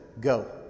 Go